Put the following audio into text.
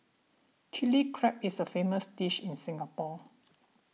Chilli Crab is a famous dish in Singapore